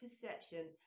perception